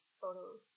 photos